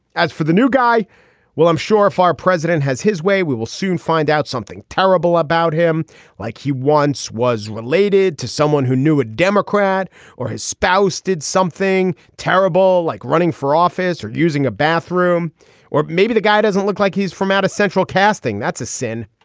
as for the new guy well i'm sure if our president has his way we will soon find out something terrible about him like he once was related to someone who knew a democrat or his spouse did something terrible like running for office or using a bathroom or maybe the guy doesn't look like he's from out of central casting that's a sin.